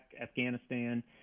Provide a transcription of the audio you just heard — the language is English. Afghanistan